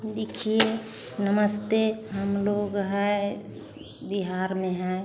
देखिए नमस्ते हम लोग हैं बिहार में हैं